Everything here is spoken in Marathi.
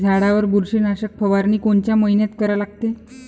झाडावर बुरशीनाशक फवारनी कोनच्या मइन्यात करा लागते?